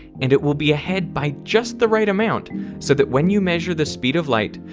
and it will be ahead by just the right amount so that when you measure the speed of light,